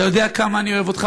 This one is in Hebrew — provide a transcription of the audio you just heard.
אתה יודע כמה אני אוהב אותך.